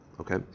Okay